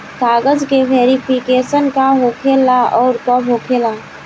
कागज के वेरिफिकेशन का हो खेला आउर कब होखेला?